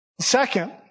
Second